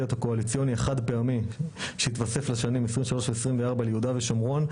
הקואליציוני החד פעמי שיתווסף לשנים 2023-2024 ליהודה ושומרון,